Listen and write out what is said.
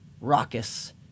raucous